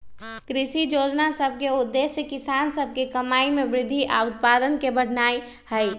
कृषि जोजना सभ के उद्देश्य किसान सभ के कमाइ में वृद्धि आऽ उत्पादन के बढ़ेनाइ हइ